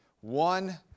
One